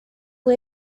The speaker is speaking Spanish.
fue